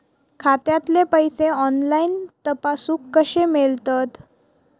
खात्यातले पैसे ऑनलाइन तपासुक कशे मेलतत?